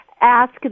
ask